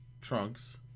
Trunks